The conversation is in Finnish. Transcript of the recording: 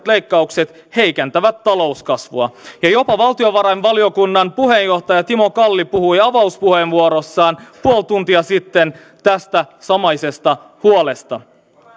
leikkaukset heikentävät talouskasvua ja jopa valtiovarainvaliokunnan puheenjohtaja timo kalli puhui avauspuheenvuorossaan puoli tuntia sitten tästä samaisesta huolesta